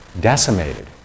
decimated